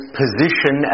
position